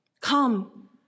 Come